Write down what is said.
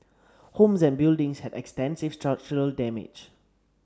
homes and buildings had extensive structural damage